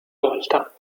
volta